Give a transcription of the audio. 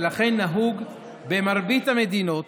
ולכן נהוג במרבית המדינות